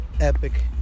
Epic